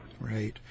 Right